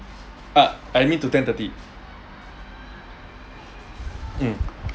ah I mean to ten thirty mm